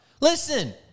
Listen